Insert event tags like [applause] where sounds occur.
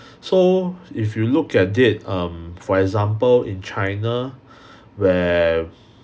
so if you look at it um for example in china [breath] where